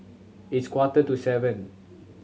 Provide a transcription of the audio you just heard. its quarter to seven